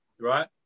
right